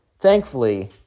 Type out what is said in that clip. thankfully